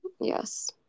Yes